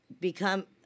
Become